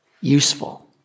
useful